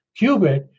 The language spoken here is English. qubit